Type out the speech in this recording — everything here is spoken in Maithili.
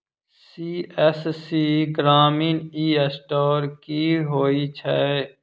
सी.एस.सी ग्रामीण ई स्टोर की होइ छै?